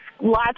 lots